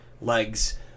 legs